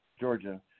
Georgia